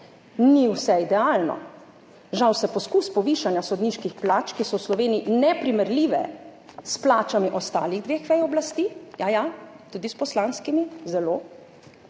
Ni vse idealno. Žal se poskus povišanja sodniških plač, ki so v Sloveniji neprimerljive s plačami ostalih dveh vej oblasti – ja ja, tudi s poslanskimi, zelo